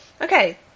Okay